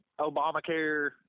Obamacare –